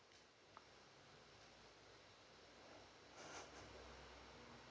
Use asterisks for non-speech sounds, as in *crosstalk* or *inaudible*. *laughs*